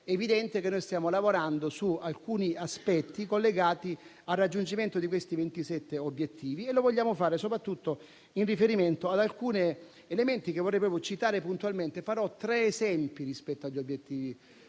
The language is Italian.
è evidente che stiamo lavorando su alcuni aspetti collegati al raggiungimento dei 27 obiettivi e lo vogliamo fare soprattutto in riferimento ad alcuni elementi che vorrei citare puntualmente. Farò tre esempi rispetto agli obiettivi